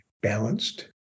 balanced